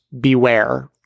beware